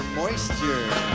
moisture